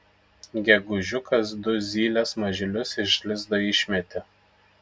gegužiukas du zylės mažylius iš lizdo išmetė